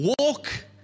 walk